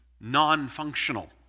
non-functional